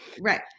Right